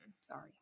Sorry